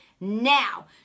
now